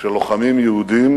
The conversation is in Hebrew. של לוחמים יהודים